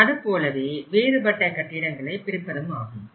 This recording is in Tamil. அதுபோலவே வேறுபட்ட கட்டிடங்களை பிரிப்பதுமாகும்